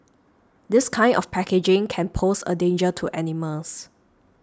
this kind of packaging can pose a danger to animals